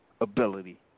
ability